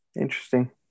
Interesting